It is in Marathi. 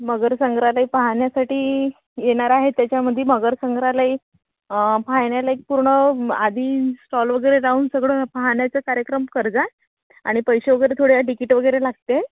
मगर संग्रहालय पाहण्यासाठी येणार आहे त्याच्यामध्ये मगर संग्रहालय पाहण्या लायक पूर्ण आधी स्टॉल वगैरे जाहून सगळं पाहण्याचा कार्यक्रम कर जा आणि पैसे वगैरे थोड्या टिकीट वगैरे लागते